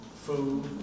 food